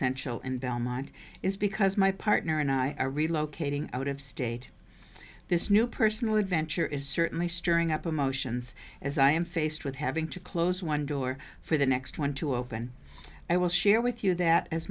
sensual and belmont is because my partner and i are relocating out of state this new personal adventure is certainly stirring up emotions as i am faced with having to close one door for the next one to open i will share with you that as